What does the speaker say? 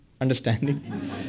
understanding